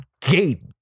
gate